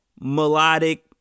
melodic